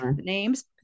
names